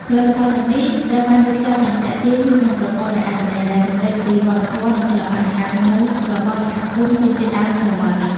ផលិតផលទាំងនេះត្រូវបានវេចខ្ចប់យ៉ាងទាក់ទាញ និងប្រកបដោយអត្ថន័យ ដែលរំលេចពីវប្បធម៌ និងសិល្បៈនៃការរស់នៅរបស់សហគមន៍ជនជាតិដើមនៅតំបន់នេះ។